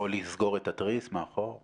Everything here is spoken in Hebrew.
לא הכול שחור בסופו של דבר.